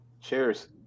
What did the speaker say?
Cheers